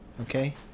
Okay